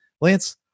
Lance